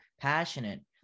passionate